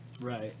Right